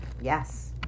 Yes